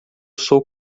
sou